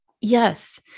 Yes